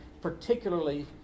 particularly